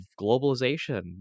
globalization